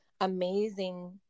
amazing